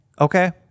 Okay